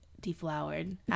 deflowered